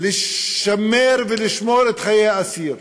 לשמר ולשמור את חיי האסיר,